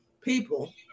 people